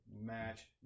match